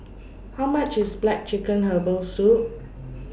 How much IS Black Chicken Herbal Soup